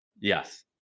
Yes